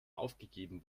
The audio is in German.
aufgegeben